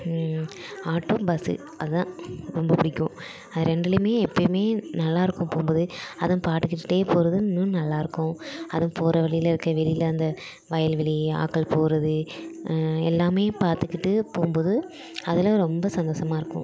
auto bus அதுதான் ரொம்ப பிடிக்கும் ரெண்டுலேயுமே எப்பவுமே நல்லாயிருக்கும் போகும்போது அதுவும் பாட்டு கேட்டுகிட்டே போகிறது இன்னும் நல்லாயிருக்கும் அது போகிற வழியில் இருக்க வெளியில் அந்த வயல்வெளி ஆட்கள் போகிறது எல்லாமே பார்த்துகிட்டு போகும்போது அதெல்லாம் ரொம்ப சந்தோஷமாருக்கும்